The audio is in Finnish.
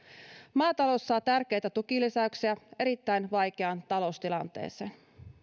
maatalous saa tärkeitä tukilisäyksiä erittäin vaikeaan taloustilanteeseen